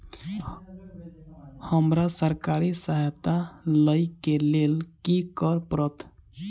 हमरा सरकारी सहायता लई केँ लेल की करऽ पड़त?